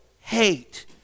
hate